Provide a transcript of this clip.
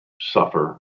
suffer